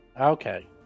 Okay